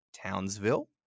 Townsville